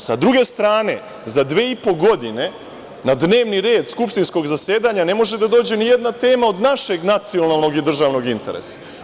S druge strane, za dve i po godine na dnevni red skupštinskog zasedanja ne može da dođe ni jedna tema od našeg nacionalnog i državnog interesa.